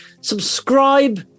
subscribe